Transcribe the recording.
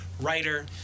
writer